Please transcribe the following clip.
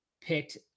picked